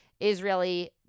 Israeli